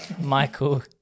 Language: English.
Michael